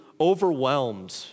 overwhelmed